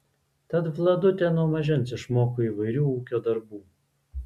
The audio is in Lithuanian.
tad vladutė nuo mažens išmoko įvairių ūkio darbų